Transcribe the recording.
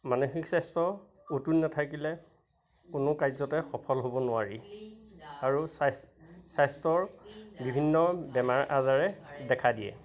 মানসিক স্বাস্থ্য অটুট নাথাকিলে কোনো কাৰ্যতে সফল হ'ব নোৱাৰি আৰু স্বাস্থ্যৰ বিভিন্ন বেমাৰ আজাৰে দেখা দিয়ে